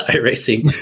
racing